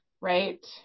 right